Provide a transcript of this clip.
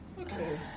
Okay